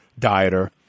dieter